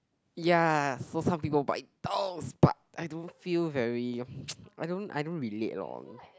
ya for some people buy dolls but I don't feel very I don't I don't relate lor